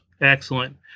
Excellent